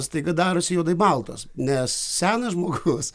staiga darosi juodai baltos nes senas žmogus